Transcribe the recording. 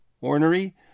Ornery